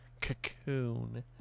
cocoon